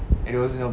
those